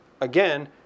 again